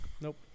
nope